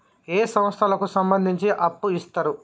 ఏ సంస్థలకు సంబంధించి అప్పు ఇత్తరు?